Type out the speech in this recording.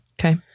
Okay